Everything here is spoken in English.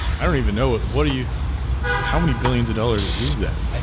i don't even know, what are you how many billions of dollars is that?